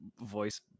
voice